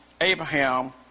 Abraham